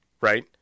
right